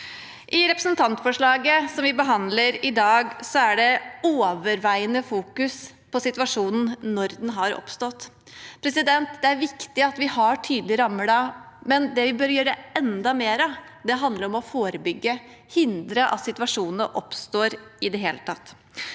I representantforslaget som vi behandler i dag, er det overveiende fokus på situasjonen når den har oppstått. Da er det viktig at vi har tydelige rammer, men det vi bør gjøre enda mer av, handler om å forebygge og hindre at situasjonene i det hele tatt